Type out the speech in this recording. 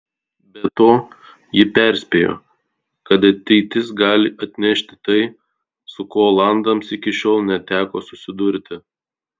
be to ji perspėjo kad ateitis gali atnešti tai su kuo olandams iki šiol neteko susidurti